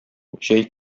җәй